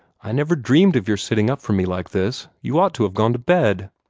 i never dreamed of your sitting up for me like this. you ought to have gone to bed.